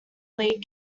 league